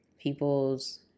people's